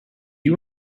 you